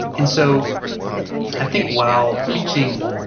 and so i think while preaching,